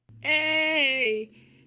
Hey